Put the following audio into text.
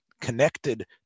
connected